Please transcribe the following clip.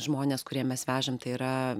žmonės kuriem mes vežam tai yra